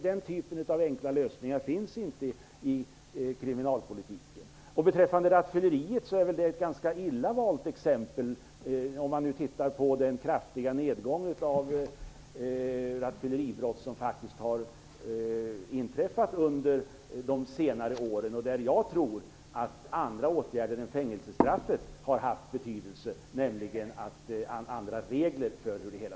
Den typen av enkla lösningar finns inte i kriminalpolitiken. Rattfylleriet är ett ganska illa valt exempel om man ser den kraftiga nedgången av antalet rattfylleribrott under senare år. Jag tror att andra åtgärder än fängelsestraff har haft betydelse för detta.